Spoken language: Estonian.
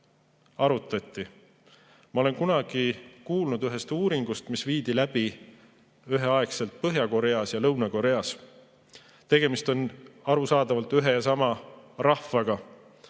arutati. Ma olen kuulnud ühest kunagisest uuringust, mis viidi läbi üheaegselt Põhja-Koreas ja Lõuna-Koreas. Tegemist on arusaadavalt ühe ja sama rahvaga,